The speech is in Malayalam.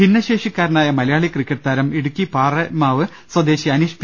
ഭിന്നശേഷിക്കാരനായ മലയാളി ക്രിക്കറ്റ് താരം ഇടുക്കി പാറേമാവ് സ്വദേശി അനീഷ് പി